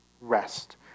rest